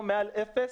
מעל אפס,